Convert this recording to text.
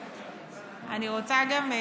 אני רוצה גם,